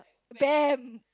bam